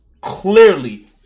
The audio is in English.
clearly